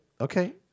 Okay